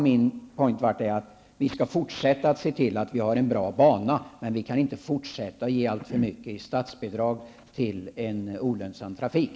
Min uppfattning är att vi skall fortsätta att se till att vi har en bra bana, men vi kan inte fortsätta att ge allt för mycket i statsbidrag till en olönsam trafik.